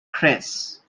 crests